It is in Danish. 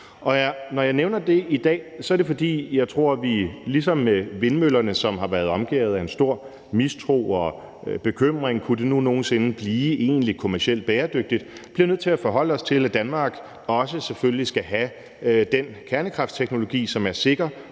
når jeg nævner det i dag, er det, fordi jeg tror, at vi ligesom med vindmøllerne, som har været omgærdet af en stor mistro og bekymring – kunne det nu nogen sinde blive egentlig kommercielt bæredygtigt? – bliver nødt til at forholde os til, at Danmark selvfølgelig også skal have den kernekraftteknologi, som er sikker,